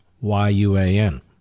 Y-U-A-N